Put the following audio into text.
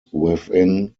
within